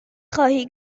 خواهی